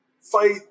fight